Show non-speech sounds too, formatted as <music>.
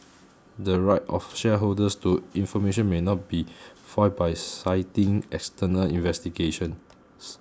the right of shareholders to information may not be <noise> foiled by citing external investigations